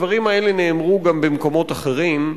הדברים האלה נאמרו גם במקומות אחרים,